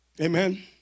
amen